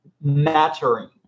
mattering